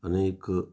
अनेक